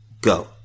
go